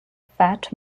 fat